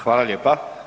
Hvala lijepa.